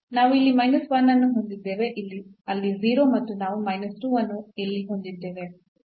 ನಾವು ಇಲ್ಲಿ 1 ಅನ್ನು ಹೊಂದಿದ್ದೇವೆ ಅಲ್ಲಿ 0 ಮತ್ತು ನಾವು ಅನ್ನು ಅಲ್ಲಿ ಹೊಂದಿದ್ದೇವೆ